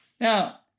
Now